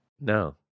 No